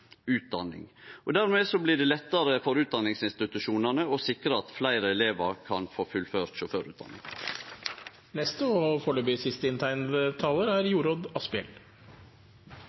utdanning. Dermed blir det lettare for utdanningsinstitusjonane å sikre at fleire elevar kan få fullført sjåførutdanning. En av største utfordringene vi har i samfunnet vårt i dag, er